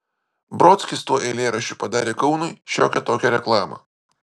brodskis tuo eilėraščiu padarė kaunui šiokią tokią reklamą